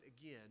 again